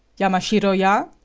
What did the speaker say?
yamashiro-ya?